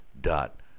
dot